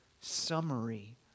summary